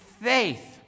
faith